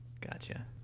Gotcha